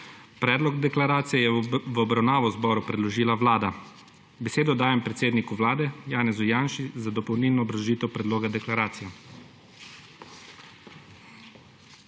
Predlog deklaracije je v obravnavo Državnemu zboru predložila Vlada. Besedo dajem predsedniku Vlade Janezu Janši za dopolnilno obrazložitev predloga deklaracije.